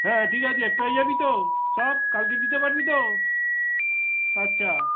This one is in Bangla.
হ্যাঁ ঠিক আছে পেয়ে যাবি তো সব কালকে দিতে পারবি তো আচ্ছা